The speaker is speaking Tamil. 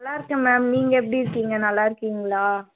நல்லா இருக்கேன் மேம் நீங்கள் எப்படி இருக்கீங்க நல்லா இருக்கீங்களா